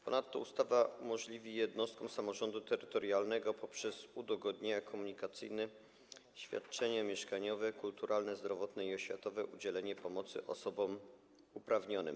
Ponadto ustawa umożliwi jednostkom samorządu terytorialnego poprzez udogodnienia komunikacyjne, świadczenia mieszkaniowe, kulturalne, zdrowotne i oświatowe udzielenie pomocy osobom uprawnionym.